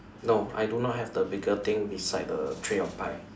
no I do not have the bigger thing beside the tray of pie